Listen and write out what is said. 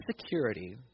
security